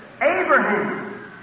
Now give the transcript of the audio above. Abraham